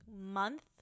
month